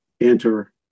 enter